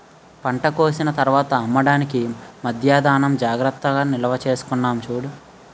పంట కోసిన తర్వాత అమ్మడానికి మధ్యా ధాన్యం జాగ్రత్తగా నిల్వచేసుకున్నాం చూడు